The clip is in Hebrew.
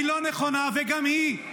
היא לא נכונה וגם היא,